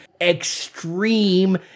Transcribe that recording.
extreme